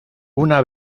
una